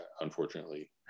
unfortunately